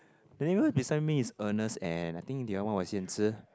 the neighbour beside me is Ernest and I think the other one was Yan-zi